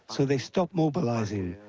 so they stop mobilizing,